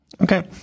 okay